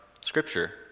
Scripture